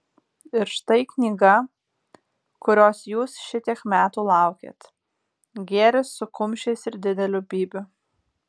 ir štai knyga kurios jūs šitiek metų laukėt gėris su kumščiais ir dideliu bybiu